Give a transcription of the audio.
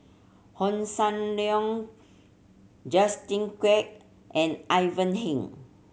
Hossan Leong Justin Quek and Ivan Heng